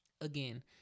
Again